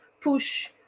push